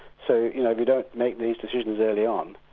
so you know we don't make those decisions early on,